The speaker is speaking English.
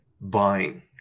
buying